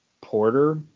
Porter